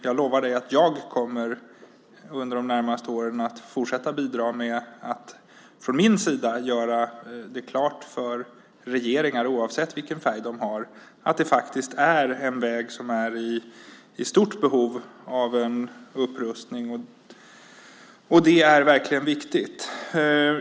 Jag lovar att jag under de närmaste åren kommer att fortsätta bidra genom att från min sida göra klart för regeringar, oavsett vilken färg de har, att det är fråga om en väg som är i stort behov av upprustning. Det är verkligen viktigt.